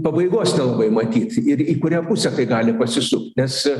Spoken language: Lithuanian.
pabaigos nelabai matyt ir į kurią pusę tai gali pasisukt nes